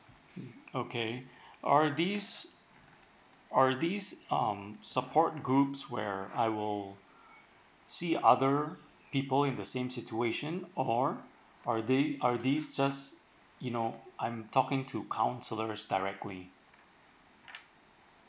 mm okay are these are these um support groups where I will see other people in the same situation or are they are this just you know I'm talking to counsellors directly